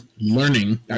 learning